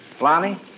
Lonnie